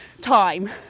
time